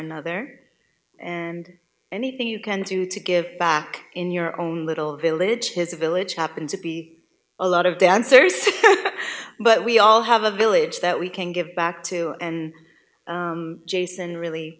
another and anything you can do to give back in your own little village his village happened to be a lot of dense areas but we all have a village that we can give back to and jason really